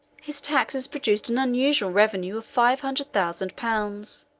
his taxes produced an unusual revenue of five hundred thousand pounds